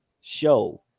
show